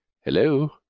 Hello